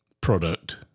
product